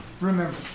remember